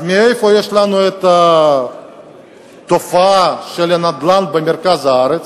אז מאיפה יש לנו התופעה של הנדל"ן במרכז הארץ?